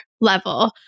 level